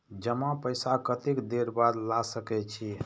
जमा पैसा कतेक देर बाद ला सके छी?